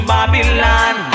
Babylon